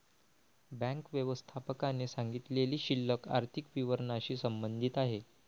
bank व्यवस्थापकाने सांगितलेली शिल्लक आर्थिक विवरणाशी संबंधित आहे